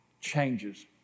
changes